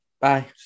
bye